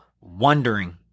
wondering